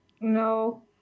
No